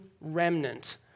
remnant